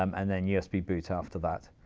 um and then usb boot after that,